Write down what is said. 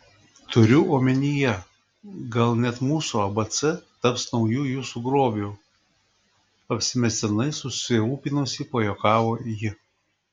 turiu omenyje gal net mūsų abc taps nauju jūsų grobiu apsimestinai susirūpinusi pajuokavo ji